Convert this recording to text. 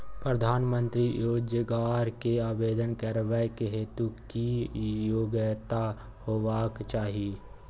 प्रधानमंत्री रोजगार के आवेदन करबैक हेतु की योग्यता होबाक चाही?